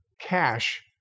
cash